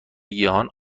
گیاهان